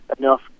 enough